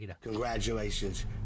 Congratulations